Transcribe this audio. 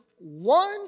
one